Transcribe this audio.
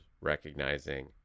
recognizing